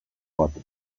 batek